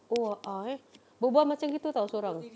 oh a'ah eh berbual macam gitu tahu seorang